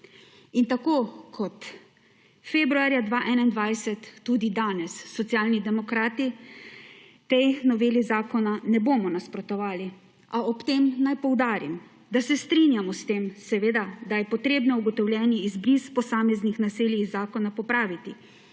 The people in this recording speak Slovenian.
In tako kot februarja 2021 tudi danes Socialni demokrati tej noveli zakona ne bomo nasprotovali, a ob tem naj poudarim, da se strinjamo s tem, da je potrebno ugotovljeni izbris posameznih naselij iz zakona popraviti